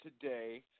today